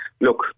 Look